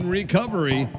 recovery